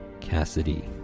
Cassidy